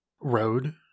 Road